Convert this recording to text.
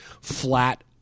flat